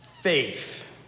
faith